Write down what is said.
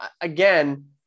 again